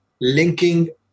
linking